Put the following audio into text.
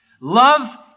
Love